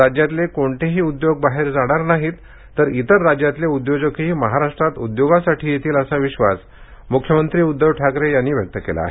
राज्यातले कोणतेही उद्योग बाहेर जाणार नाहीत तर इतर राज्यातले उद्योजकही महाराष्ट्रात उद्योगासाठी येतील असा विश्वास मुख्यमंत्री उद्धव ठाकरे यांनी व्यक्त केला आहे